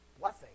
blessing